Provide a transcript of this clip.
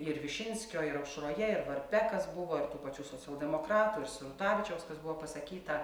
ir višinskio ir aušroje ir varpe kas buvo ir tų pačių socialdemokratų ir sirutavičiaus kas buvo pasakyta